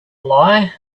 lie